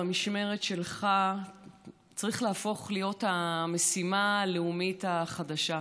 במשמרת שלך צריך להפוך להיות המשימה הלאומית החדשה.